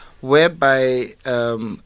whereby